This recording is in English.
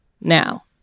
now